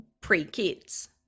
pre-kids